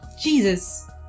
Jesus